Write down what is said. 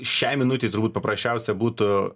šiai minutei turbūt paprasčiausia būtų